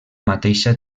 mateixa